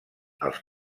els